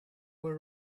were